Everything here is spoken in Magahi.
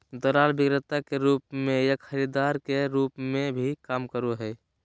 दलाल विक्रेता के रूप में या खरीदार के रूप में भी काम करो हइ